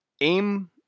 aim